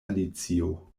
alicio